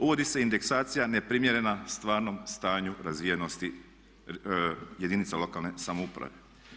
Uvodi se indeksacija neprimjerena stvarnom stanju razvijenosti jedinica lokalne samouprave.